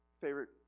favorite